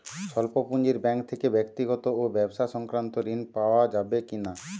স্বল্প পুঁজির ব্যাঙ্ক থেকে ব্যক্তিগত ও ব্যবসা সংক্রান্ত ঋণ পাওয়া যাবে কিনা?